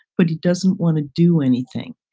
but he doesn't want to do anything.